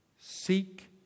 Seek